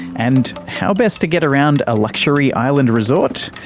and how best to get around a luxury island resort?